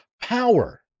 power